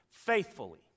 Faithfully